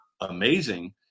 amazing